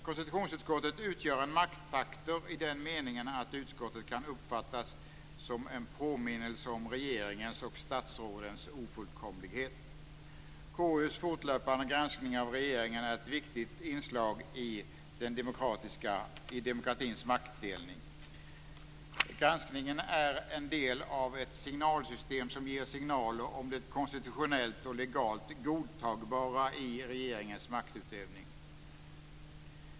Konstitutionsutskottet utgör en maktfaktor i den meningen att utskottet kan uppfattas som en påminnelse om regeringens och statsrådens ofullkomlighet. KU:s fortlöpande granskning av regeringen är ett viktigt inslag i demokratins maktdelning. Granskningen är en del av ett signalsystem som ger signaler om det konstitutionellt och legalt godtagbara i regeringens maktutövning.